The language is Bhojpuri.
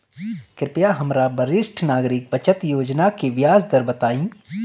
कृपया हमरा वरिष्ठ नागरिक बचत योजना के ब्याज दर बताइं